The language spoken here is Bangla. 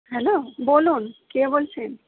হ্যালো বলুন কে বলছেন